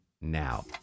now